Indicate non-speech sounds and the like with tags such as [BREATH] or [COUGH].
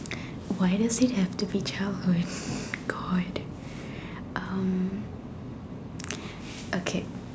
why does he has different childhood [BREATH] God um okay